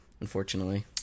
unfortunately